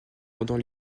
pendant